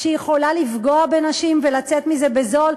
שהיא יכולה לפגוע בנשים ולצאת מזה בזול,